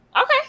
Okay